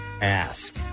ask